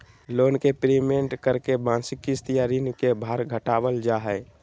loan के prepayment करके मासिक किस्त या ऋण के भार घटावल जा हय